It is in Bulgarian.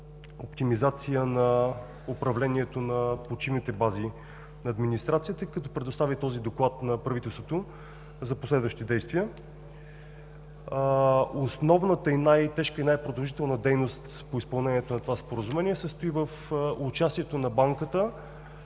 за оптимизация на управлението на почивните бази на администрацията, като предостави този доклад на правителството за последващи действия. Основната най-тежка и най-продължителна дейност по изпълнението на това Споразумение се състои в участието на Банката,